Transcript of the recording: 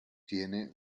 tiene